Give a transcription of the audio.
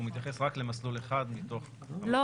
הוא מתייחס רק למסלול אחד מתוך --- לא,